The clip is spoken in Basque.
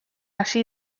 hasi